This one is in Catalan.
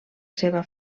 seva